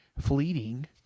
fleeting